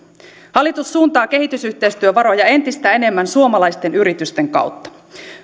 hallitus suuntaa kehitysyhteistyövaroja entistä enemmän suomalaisten yritysten kautta